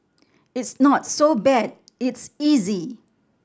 it's not so bad it's easy